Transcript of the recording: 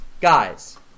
guys